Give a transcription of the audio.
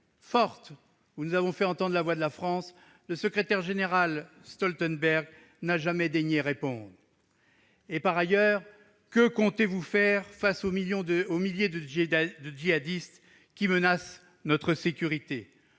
fortes- nous avons fait entendre la voix de la France -, le secrétaire général Stoltenberg n'a jamais daigné répondre. Par ailleurs, que comptez-vous faire face aux milliers de djihadistes qui menacent notre sécurité ?